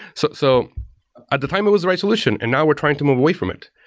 so so at the time it was the right solution, and now we're trying to move away from it.